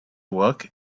work